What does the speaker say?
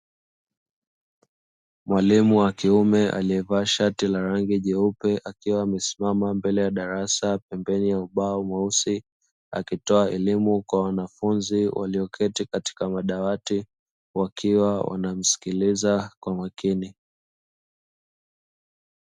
Mwalimu wa kiume alievaa shati la rangi nyeupe, akiwa mbele ya darasa pembeni ya ubao mweusi, akitoa elimu kwa wanafunzi walioketi katika madawati ,wakiwa wanamsikiliza kwa makini.